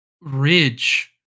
ridge